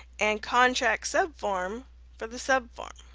and contractsubform for the subform.